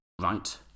right